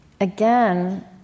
again